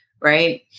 right